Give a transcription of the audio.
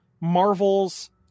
Marvel's